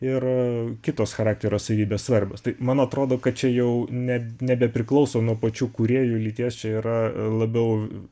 ir a kitos charakterio savybės svarbios tai man atrodo kad čia jau neb nebepriklauso nuo pačių kūrėjų lyties čia yra labiau